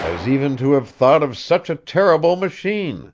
as even to have thought of such a terrible machine!